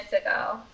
ago